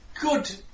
good